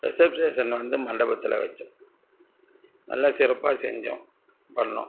reception வந்து மண்டபத்தில் வைச்சோம் நல்லா சிறப்பாக செஞ்சோம் பண்ணோம்